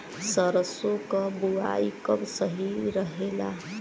सरसों क बुवाई कब सही रहेला?